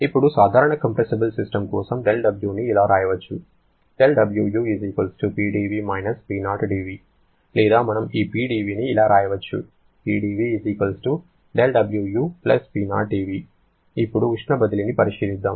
ఇప్పుడు సాధారణ compressible system కోసం δW ని ఇలా వ్రాయవచ్చు δWu PdV - P0dV లేదా మనం ఈ PdVని ఇలా వ్రాయవచ్చు PdV δWu P0dV ఇప్పుడు ఉష్ణ బదిలీని పరిశీలిద్దాం